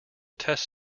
test